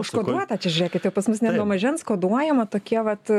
užkoduota čia žiūrėkit jau pas mus net nuo mažens koduojama tokie vat